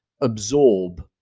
absorb